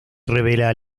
revela